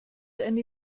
eine